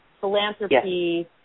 philanthropy